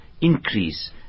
Increase